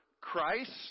Christ